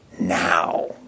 now